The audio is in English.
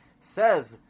Says